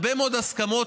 הרבה מאוד הסכמות.